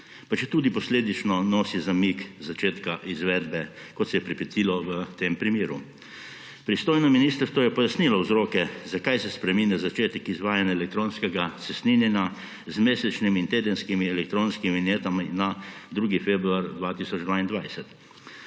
pa četudi posledično nosi zamik začetka izvedbe, kot se je pripetilo v tem primeru. Pristojno ministrstvo je pojasnilo vzroke, zakaj se spreminja začetek izvajanja elektronskega cestninjenja z mesečnimi in tedenskimi elektronskimi vinjetami na 2. februar 2022.